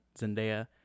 Zendaya